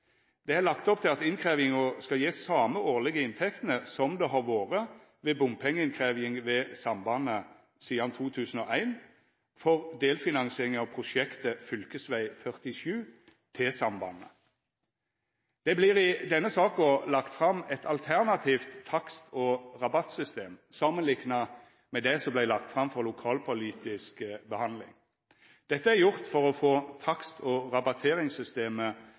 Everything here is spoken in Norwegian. Det er lagt opp til at innkrevjinga skal gje same årlege inntektene som det har vore ved bompengeinnkrevjing ved sambandet sidan 2001, for delfinansiering av prosjektet fv. 47, T-sambandet. Det vert i denne saka lagt fram eit alternativt takst- og rabattsystem samanlikna med det som vart lagt fram for lokalpolitisk behandling. Dette er gjort for å få takst- og rabatteringssystemet